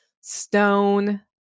stone